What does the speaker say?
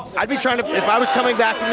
i'd be trying, if i was coming back